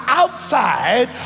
outside